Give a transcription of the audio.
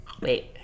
Wait